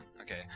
Okay